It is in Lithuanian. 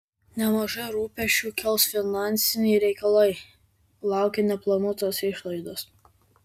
nemažai rūpesčių kels finansiniai reikalai laukia neplanuotos išlaidos